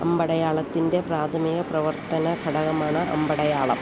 അമ്പടയാളത്തിൻ്റെ പ്രാഥമിക പ്രവർത്തന ഘടകമാണ് അമ്പടയാളം